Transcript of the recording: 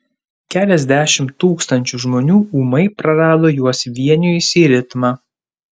keliasdešimt tūkstančių žmonių ūmai prarado juos vienijusį ritmą